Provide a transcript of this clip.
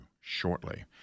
shortly